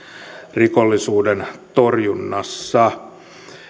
rikollisuuden torjunnassa